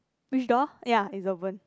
which door ya it's opened